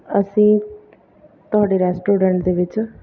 ਅਸੀਂ ਤੁਹਾਡੇ ਰੈਸਟੋਰੈਂਟ ਦੇ ਵਿੱਚ